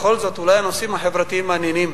בכל זאת אולי הנושאים החברתיים מעניינים.